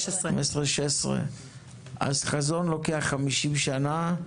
2016-2015. לחזון לוקח 50 שנה,